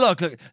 look